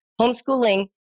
homeschooling